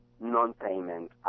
non-payment